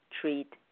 treat